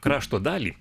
krašto dalį